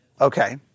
Okay